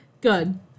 Good